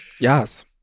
Yes